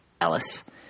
Ellis